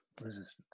resistance